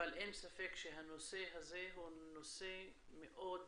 אבל אין ספק שהנושא הזה הוא נושא מאוד